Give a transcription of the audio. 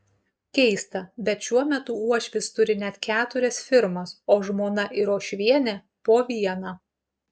keista bet šiuo metu uošvis turi net keturias firmas o žmona ir uošvienė po vieną